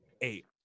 eight